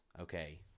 Okay